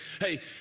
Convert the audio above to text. Hey